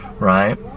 right